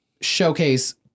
showcase